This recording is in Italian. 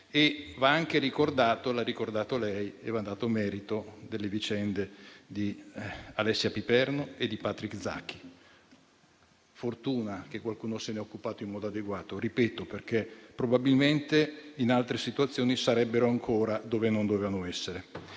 Vanno anche ricordate - l'ha ricordato lei e glie ne va dato merito - le vicende di Alessia Piperno e di Patrick Zaki. Fortuna che qualcuno se n'è occupato in modo adeguato, perché probabilmente in altre situazioni sarebbero ancora dove non dovevano essere.